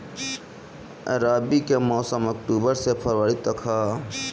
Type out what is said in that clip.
रबी के मौसम अक्टूबर से फ़रवरी तक ह